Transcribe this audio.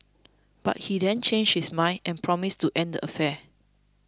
but he then changed his mind and promised to end the affair